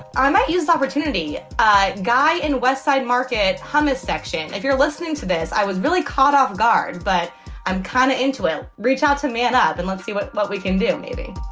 i might use the opportunity guy in west side market. hummus section if you're listening to this. i was really caught off guard, but i'm kind of into it. reach out to man up and let's see what what we can do. maybe